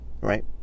right